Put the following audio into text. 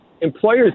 employers